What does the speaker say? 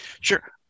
Sure